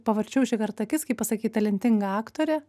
pavarčiau šįkart akis kai pasakei talentinga aktorė